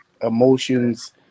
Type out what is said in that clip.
emotions